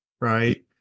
right